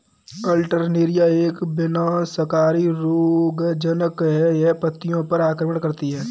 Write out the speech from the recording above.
Alternaria एक विनाशकारी रोगज़नक़ है, यह पत्तियों पर आक्रमण करती है